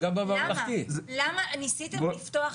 ניסיתם לפתוח?